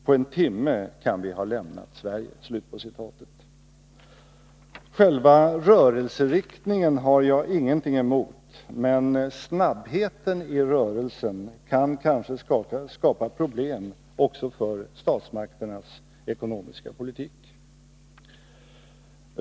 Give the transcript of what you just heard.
På en timme kan vi ha lämnat Sverige.” Själva rörelseriktningen har jag ingenting emot, men snabbheten i rörelsen kan kanske skapa problem också för statsmakternas ekonomiska politik.